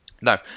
No